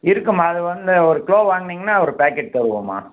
இருக்கும்மா அது வந்து ஒரு கிலோ வாங்கினிங்கனா ஒரு பேக்கெட் தருவோம்மா